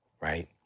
right